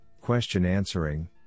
question-answering